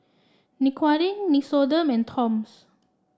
Dequadin Nixoderm and Toms